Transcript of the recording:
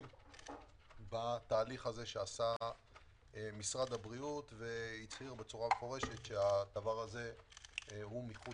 בתהליך הזה שעשה משרד הבריאות והצהיר מפורשות שזה מחוץ